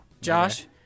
josh